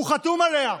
הוא חתום עליה.